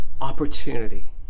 opportunity